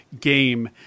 game